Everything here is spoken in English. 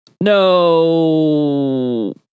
No